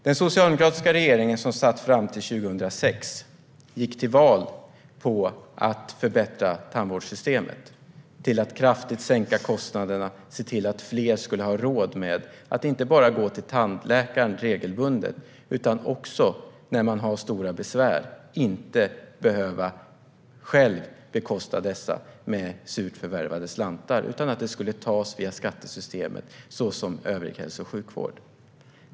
Den socialdemokratiska regering som satt fram till år 2006 gick till val på att förbättra tandvårdssystemet genom kraftigt sänkta kostnader och genom att se till att fler skulle ha råd att inte bara gå till tandläkaren regelbundet utan också att man om man har stora besvär inte själv skulle behöva bekosta detta med surt förvärvade slantar. Detta skulle tas från skattesystemet så som övrig hälso och sjukvård.